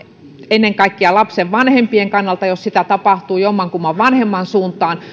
ennen kaikkea lapsen vanhempien kannalta jos sitä tapahtuu jommankumman vanhemman suuntaan